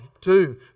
two